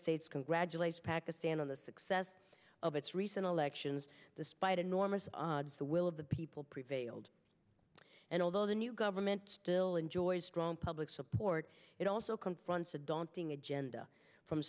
states congratulates pakistan on the success of its recent elections despite enormous odds the will of the people prevailed and although the new government still enjoys strong public support it also confronts a daunting agenda from